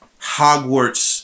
Hogwarts